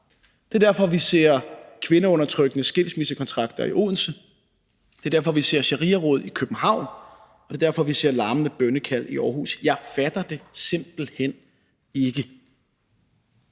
Det er derfor, vi ser kvindeundertrykkende skilsmissekontrakter i Odense. Det er derfor, vi ser shariaråd i København, og det er derfor, vi ser larmende bønnekald i Aarhus. Jeg fatter det simpelt hen ikke.